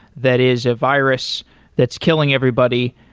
that is a virus that's killing everybody.